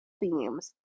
themes